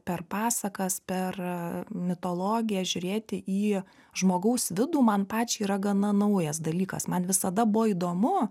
per pasakas per mitologiją žiūrėti į žmogaus vidų man pačiai yra gana naujas dalykas man visada buvo įdomu